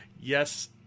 Yes